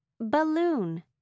Balloon